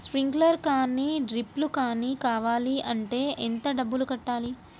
Sprinkler కానీ డ్రిప్లు కాని కావాలి అంటే ఎంత డబ్బులు కట్టాలి?